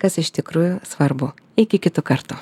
kas iš tikrųjų svarbu iki kitų kartų